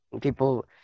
people